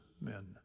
men